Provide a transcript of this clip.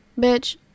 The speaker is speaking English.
bitch